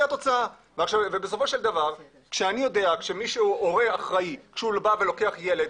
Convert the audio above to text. בסופו של דבר כשאני יודע שהורה אחראי בה ולוקח ילד,